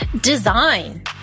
design